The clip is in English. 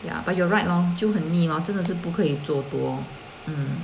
ya but you're right lor 就很泥 lor 真的是不可以做多 mm